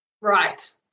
right